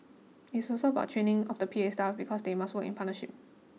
it's also about training of the P A staff because they must work in partnership